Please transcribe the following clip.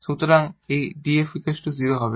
সুতরাং এই df 0 হবে